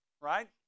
right